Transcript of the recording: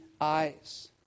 eyes